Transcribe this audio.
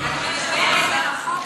מדברת על חוק שהיה צריך להיות,